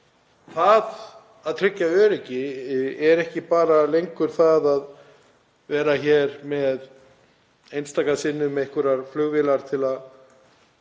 Það að tryggja öryggi er ekki lengur það að vera hér einstaka sinnum með einhverjar flugvélar í